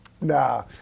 Nah